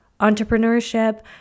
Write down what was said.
entrepreneurship